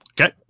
Okay